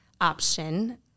option